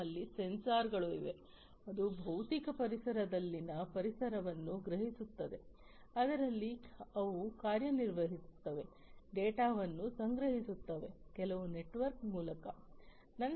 ನಮ್ಮಲ್ಲಿ ಸೆನ್ಸಾರ್ಗಳು ಇವೆ ಅದು ಭೌತಿಕ ಪರಿಸರದಲ್ಲಿನ ಪರಿಸರವನ್ನು ಗ್ರಹಿಸುತ್ತದೆ ಅದರಲ್ಲಿ ಅವು ಕಾರ್ಯನಿರ್ವಹಿಸುತ್ತವೆ ಡೇಟಾವನ್ನು ಸಂಗ್ರಹಿಸುತ್ತವೆ ಕೆಲವು ನೆಟ್ವರ್ಕ್ ಮೂಲಕ